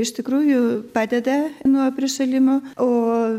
iš tikrųjų padeda nuo prišalimo o